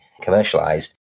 commercialized